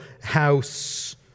house